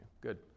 Good